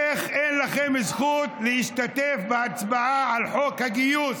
איך, אין לכם זכות להשתתף בהצבעה על חוק הגיוס,